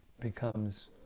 becomes